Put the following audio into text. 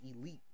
elite